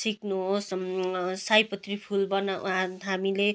सिक्नु होस् सयपत्री फुल बना हामीले